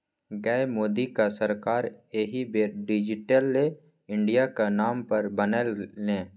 गै मोदीक सरकार एहि बेर डिजिटले इंडियाक नाम पर बनलै ने